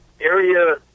area